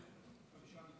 5 מיליארד.